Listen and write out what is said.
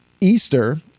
Easter